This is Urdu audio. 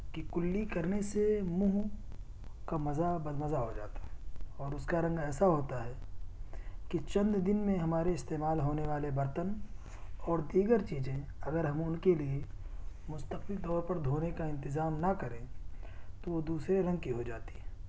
کہ کلی کرنے سے منہ کا مزا بد مزا ہو جاتا ہے اور اس کا رنگ ایسا ہوتا ہے کہ چند دن میں ہمارے استعمال ہونے والے برتن اور دیگر چیزیں اگر ہم ان کے لیے مستقل طور پر دھونے کا انتظام نہ کریں تو وہ دوسرے رنگ کی ہو جاتی ہیں